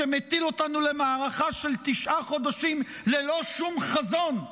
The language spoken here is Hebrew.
שמטיל אותנו למערכה של תשעה חודשים ללא שום חזון,